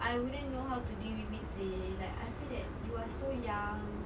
I wouldn't know how to deal with it seh like I feel that you are so young